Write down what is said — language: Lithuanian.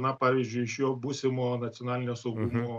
na pavyzdžiui iš jo būsimo nacionalinio saugumo